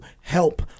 help